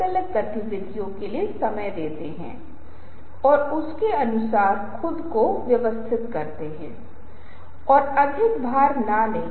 इसलिए जैसा कि मैंने आपको पहले बताया था कि यहाँ मुख्य बिंदुओं का सारांश है जो हम बनाए गए हैं और मैं चाहूंगा कि आप इन अवधारणाओं को एक व्यवस्थित तरीके से देखें क्योंकि वे आपको एक प्रेरक संचारक बनने का एहसास करने में मदद करते है